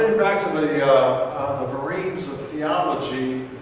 and back to the the marines of theology.